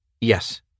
yes